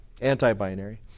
Anti-binary